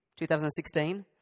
2016